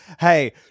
hey